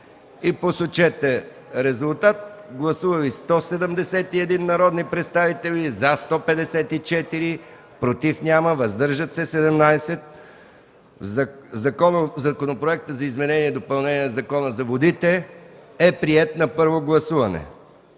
гласуване. Гласували 171 народни представители: за 154, против няма, въздържали се 17. Законопроектът за изменение и допълнение на Закона за водите е приет на първо гласуване.